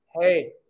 hey